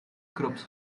groups